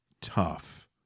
tough